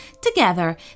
Together